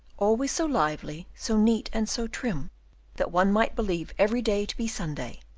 always so lively, so neat, and so trim that one might believe every day to be sunday,